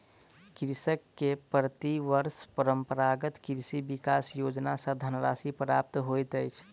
कृषक के प्रति वर्ष परंपरागत कृषि विकास योजना सॅ धनराशि प्राप्त होइत अछि